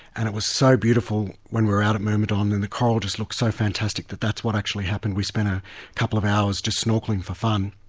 and it was so beautiful when we were out at myrmidon and the coral just looked so fantastic that that's what actually happened, we spent a couple of hours just snorkelling for fun,